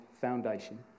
foundation